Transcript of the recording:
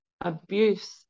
abuse